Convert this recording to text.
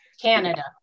canada